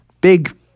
big